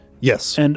Yes